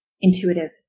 intuitive